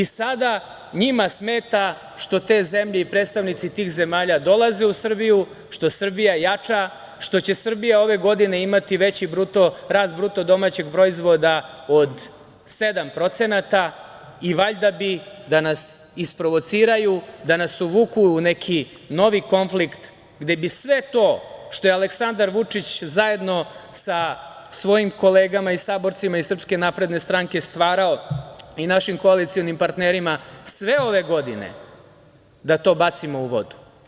Sada njima smeta što te zemlje i predstavnici tih zemalja dolaze u Srbiju, što Srbija jača, što će Srbija ove godine imati veći rast BDP od 7% i valjda bi da nas isprovociraju, da nas uvuku u neki novi konflikt gde bi sve to što je Aleksandar Vučić zajedno sa svojim kolegama i saborcima iz SNS stvarao i našim koalicionim partnerima sve ove godine da to bacimo u vodu.